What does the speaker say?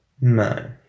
No